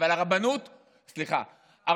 עם